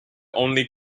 only